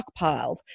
stockpiled